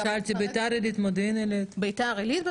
ביתר עילית, מודיעין עלית, למשל?